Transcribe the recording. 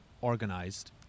organized